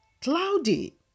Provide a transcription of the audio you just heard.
cloudy